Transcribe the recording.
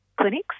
clinics